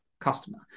customer